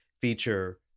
feature